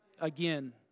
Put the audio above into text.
Again